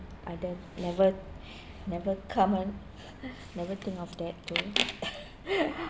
I then never never come on never think of that day